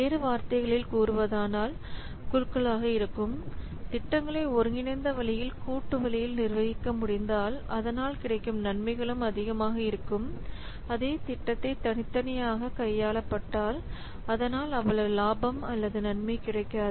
வேறு வார்த்தைகளில் கூறுவதானால் குழுக்களாக இருக்கும் திட்டங்களை ஒருங்கிணைந்த வழியில் கூட்டு வழியில் நிர்வகிக்க முடிந்தால் அதனால் கிடைக்கும் நன்மைகளும் அதிகமாக இருக்கும் அதே திட்டத்தை தனித்தனியாக கையாளப்பட்டால் அதனால் அவ்வளவு லாபம் அல்லது நன்மை கிடைக்காது